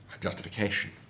justification